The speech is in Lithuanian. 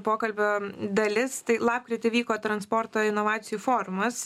pokalbio dalis tai lapkritį vyko transporto inovacijų forumas